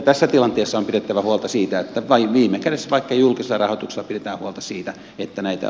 tässä tilanteessa on pidettävä huolta siitä että viime kädessä vaikka julkisella rahoituksella näitä